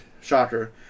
Shocker